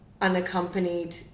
unaccompanied